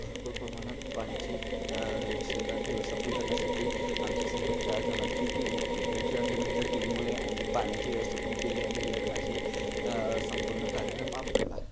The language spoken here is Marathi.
भरपूर प्रमाणत पाण्याची व्यवस्था व्यवस्थापन करण्यासाठी आमच्या संगट चारजणांची टीम होती या चार जणांच्या टीममुळे आम्ही पाण्याचे व्यवस्थापन केली आणि लग्नाचे संपूर्ण कार्यक्रम आपडला